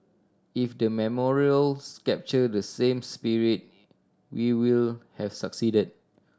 if the memorials captured the same spirit we will have succeeded